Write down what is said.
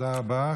תודה רבה.